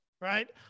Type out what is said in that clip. right